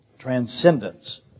Transcendence